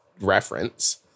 reference